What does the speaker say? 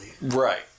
Right